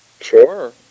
Sure